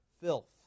filth